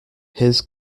his